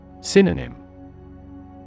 Synonym